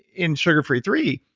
in sugar free three,